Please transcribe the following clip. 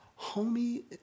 homie